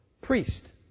priest